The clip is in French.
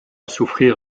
souffrir